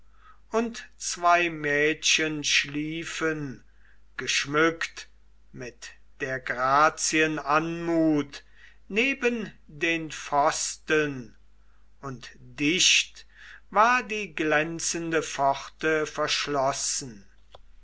und zwei mädchen schliefen geschmückt mit der grazien anmut neben den pfosten und dicht war die glänzende pforte verschlossen